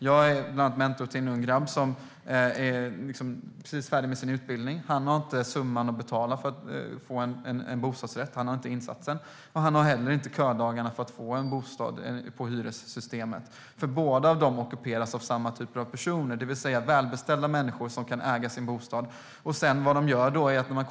Jag är bland annat mentor till en ung grabb som precis är färdig med sin utbildning. Han har inte den summa som behövs till insatsen för att få en bostadsrätt, och han har heller inte ködagarna för att få en bostad i hyressystemet. Båda de ockuperas av samma typer av personer, det vill säga välbeställda människor som kan äga sin bostad.